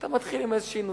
אתה מתחיל עם איזושהי נוסחה.